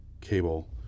cable